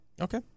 Okay